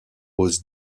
was